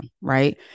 right